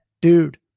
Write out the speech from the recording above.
dude